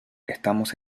estamos